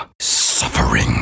suffering